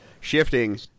shifting